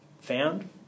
found